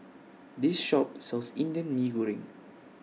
This Shop sells Indian Mee Goreng